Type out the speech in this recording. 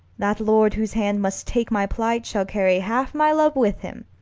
that lord whose hand must take my plight shall carry half my love with him,